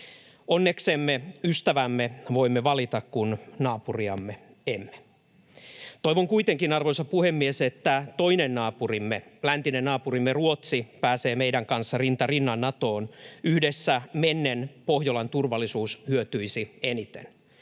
Onneksemme ystävämme voimme valita, kun naapuriamme emme. Toivon kuitenkin, arvoisa puhemies, että toinen naapurimme, läntinen naapurimme Ruotsi, pääsee meidän kanssamme rinta rinnan Natoon. Yhdessä mennen Pohjolan turvallisuus hyötyisi eniten.